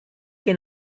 que